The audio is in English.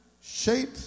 shape